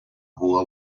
rua